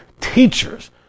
teachers